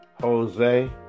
Jose